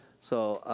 so,